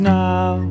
now